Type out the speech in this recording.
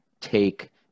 take